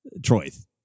Troyth